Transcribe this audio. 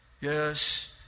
Yes